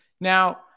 Now